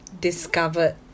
discovered